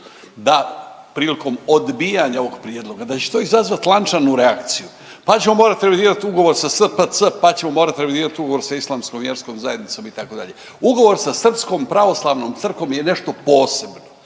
da, prilikom odbijanja ovog prijedloga, da će to izazvat lančanu reakciju, pa ćemo morat realizirat ugovor sa SPC, pa ćemo morat realizirat ugovor sa Islamskom vjerskom zajednicom itd.. Ugovor sa Srpskom pravoslavnom crkvom je nešto posebno.